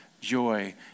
joy